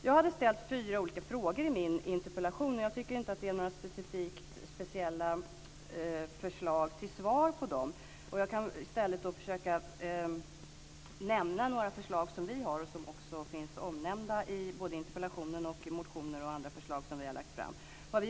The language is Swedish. Jag har ställt fyra olika frågor i min interpellation, men jag tycker inte att finns några speciella förslag till svar på dem. Jag kan i stället försöka att lämna några förslag som vi har och som också finns omnämnda i interpellationen och i motioner och andra förslag som vi har lagt fram.